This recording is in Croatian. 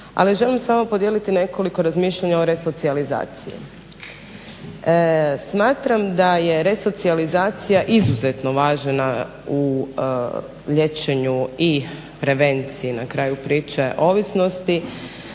ali želim s vama podijeliti nekoliko razmišljanja o resocijalizaciji. Smatram da je resocijalizacija izuzetno važna u liječenju i prevenciji na kraju priče, ovisnosti.